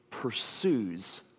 Pursues